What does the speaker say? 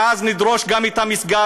ואז נדרוש גם את המסגד,